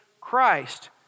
Christ